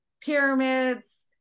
pyramids